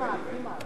109),